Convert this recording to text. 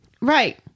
Right